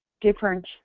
different